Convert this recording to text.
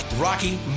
Rocky